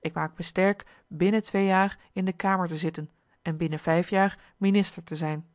ik maak me sterk binnen twee jaar in de kamer te zitten en binnen vijf jaar minister te zijn